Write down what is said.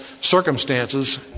circumstances